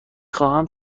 خواهمم